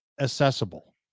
accessible